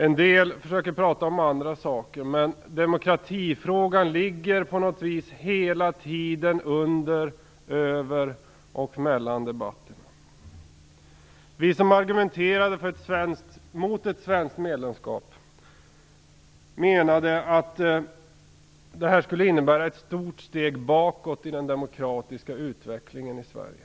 En del försöker prata om andra saker, men demokratifrågan ligger på något vis hela tiden under, över och mellan debatterna. Vi som argumenterade mot ett svenskt medlemskap menade att det skulle innebära ett stort steg bakåt i den demokratiska utvecklingen i Sverige.